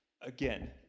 again